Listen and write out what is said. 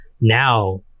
now